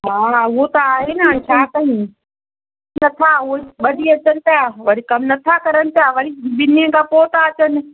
हा उहो त आहे न हाणे छा कयूं नथा उहे ॿ ॾींहं अचनि था वरी कमु नथा करनि पिया वरी ॿिनि ॾींहंनि खां पोइ था अचनि